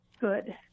good